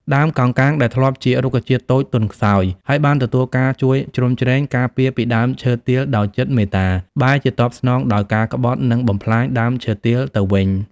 ដើមកោងកាងដែលធ្លាប់ជារុក្ខជាតិតូចទន់ខ្សោយ ហើយបានទទួលការជួយជ្រោមជ្រែង ការពារពីដើមឈើទាលដោយចិត្តមេត្តា បែរជាតបស្នងដោយការក្បត់និងបំផ្លាញដើមឈើទាលទៅវិញ។